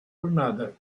another